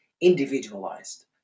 individualized